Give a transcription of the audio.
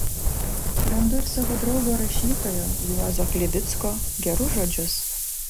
randu ir savo draugo rašytojo juozo chlivicko gerus žodžius